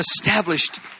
established